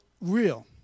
real